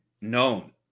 known